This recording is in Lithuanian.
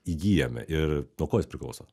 įgyjame ir nuo ko jis priklauso